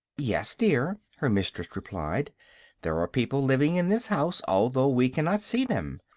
yes, dear, her mistress replied there are people living in this house, although we cannot see them.